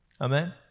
Amen